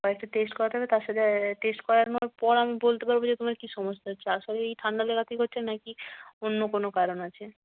কয়েকটা টেস্ট করাতে হবে তার সাথে টেস্ট করানোর পর আমি বলতে পারব যে তোমার কী সমস্যা হচ্ছে আসলে এই ঠান্ডা লাগা থেকে হচ্ছে না কি অন্য কোনো কারণ আছে